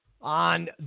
on